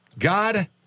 God